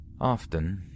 often